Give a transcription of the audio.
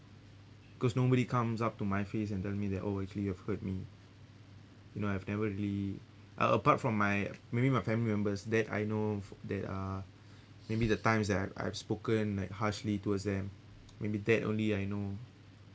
cause nobody comes up to my face and tell me that oh actually you have hurt me you know I've never really a~ apart from my maybe my family members that I know that uh maybe the times that I've spoken like harshly towards them maybe that only I know